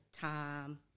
Time